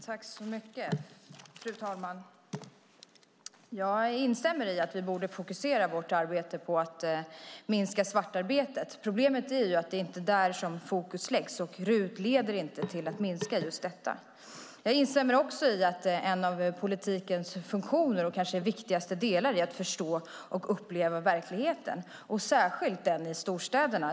Fru talman! Jag instämmer i att vi borde fokusera vårt arbete på att minska svartarbetet. Problemet är att det inte är där som fokus läggs, och RUT-avdraget leder inte till att minska just detta. Jag instämmer också i att en av politikens funktioner och kanske viktigaste delar är att förstå och uppleva verkligheten, särskilt den i storstäderna.